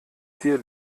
tier